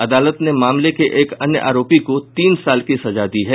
अदालत ने मामले के एक अन्य आरोपी को तीन साल की सजा दी है